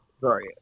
sorry